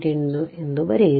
8 ಎಂದು ಕರೆಯಿರಿ